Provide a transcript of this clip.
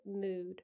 Mood